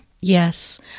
Yes